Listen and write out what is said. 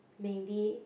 maybe